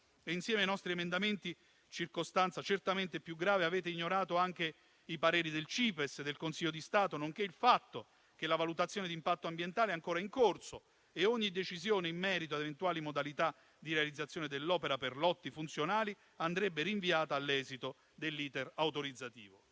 Insieme ai nostri emendamenti, circostanza certamente più grave: avete ignorato anche i pareri del CIPESS e del Consiglio di Stato, nonché il fatto che la valutazione di impatto ambientale è ancora in corso e ogni decisione in merito ad eventuali modalità di realizzazione dell'opera per lotti funzionali andrebbe rinviata all'esito dell'*iter* autorizzativo